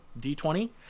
d20